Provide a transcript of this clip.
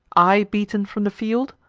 i beaten from the field?